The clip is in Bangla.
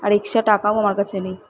আর এক্সট্রা টাকাও আমার কাছে নেই